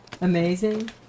amazing